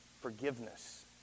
forgiveness